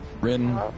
Rin